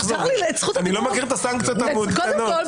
אני לא מכיר את הסנקציות המעודכנות.